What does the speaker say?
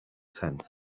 tent